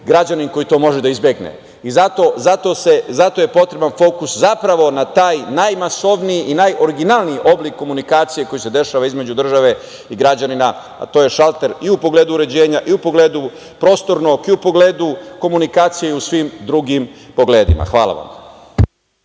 građanin koji to može da izbegne. Zato je potreban fokus, zapravo, na taj najmasovniji i najoriginalniji oblik komunikacije koji se dešava između države i građanina, a to je šalter i u pogledu uređenja i u pogledu prostornog i u pogledu komunikacije i u svim drugim pogledima. Hvala vam.